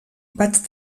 vaig